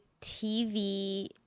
TV